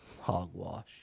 hogwash